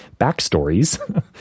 backstories